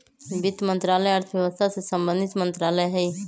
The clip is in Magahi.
वित्त मंत्रालय अर्थव्यवस्था से संबंधित मंत्रालय हइ